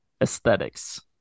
aesthetics